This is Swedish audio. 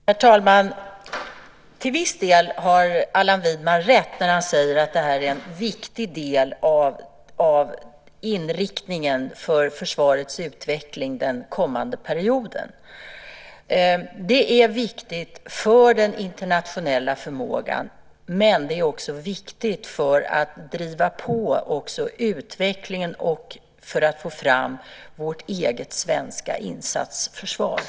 Herr talman! Till viss del har Allan Widman rätt när han säger att det här är en viktig del av inriktningen för försvarets utveckling den kommande perioden. Den är viktig för den internationella förmågan, men den är också viktig för att driva på utvecklingen och få fram vårt eget svenska insatsförsvar.